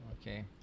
okay